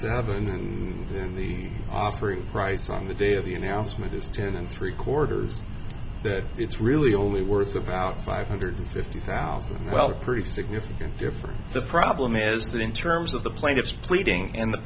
happens and then the offering price on the day of the announcement is ten and three quarters that it's really only worth about five hundred fifty thousand well pretty significant difference the problem is that in terms of the plaintiff's pleading and the